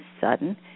sudden